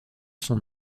son